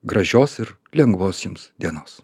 gražios ir lengvos jums dienos